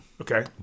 Okay